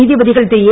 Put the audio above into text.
நீதிபதிகள் திருஏ